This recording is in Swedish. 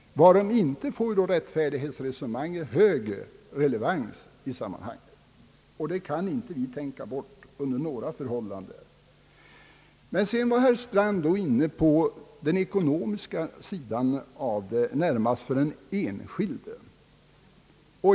Varom inte får rättfärdighetsresonemanget en högre relevans i sammanhanget. Det kan vi inte tänka bort under några förhållanden. Herr Strand tog upp den ekonomiska sidan och då närmast när det gäller den enskilde.